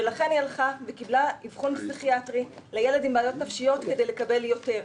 לכן היא קיבלה אבחון פסיכיאטרי לילד עם בעיות נפשיות כדי לקבל יותר.